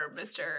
Mr